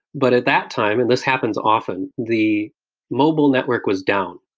but at that time and this happens often, the mobile network was down.